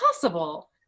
possible